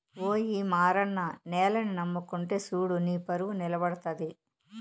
ఓయి మారన్న నేలని నమ్ముకుంటే సూడు నీపరువు నిలబడతది